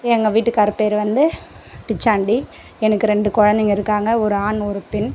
எங்கள் வீட்டுக்கார் பேர் வந்து பிச்சாண்டி எனக்கு ரெண்டு குழந்தைங்க இருக்காங்க ஒரு ஆண் ஒரு பெண்